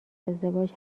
ازدواج